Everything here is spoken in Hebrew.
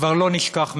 כבר לא נשכח מאחור,